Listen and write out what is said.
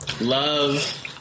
love